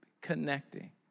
connecting